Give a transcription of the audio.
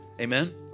Amen